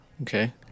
okay